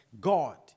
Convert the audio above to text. God